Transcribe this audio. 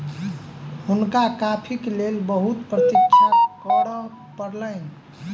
हुनका कॉफ़ीक लेल बहुत प्रतीक्षा करअ पड़लैन